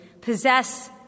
possess